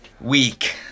week